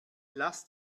lass